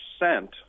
percent